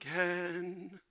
again